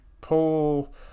pull